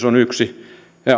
on virkamieskysymys ja